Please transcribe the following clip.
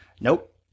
Nope